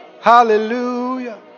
Hallelujah